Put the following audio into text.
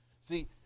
see